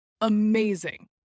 amazing